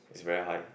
is very high